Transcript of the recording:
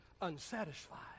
unsatisfied